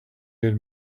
had